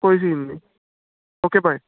ਕੋਈ ਸੀਨ ਨਹੀਂ okay bye